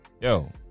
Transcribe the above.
Yo